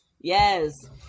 yes